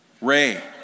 Ray